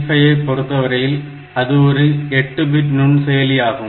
8085 செயலிகளை பொறுத்தவரையில் அவை 8 பிட் நுண்செயலிகள் ஆகும்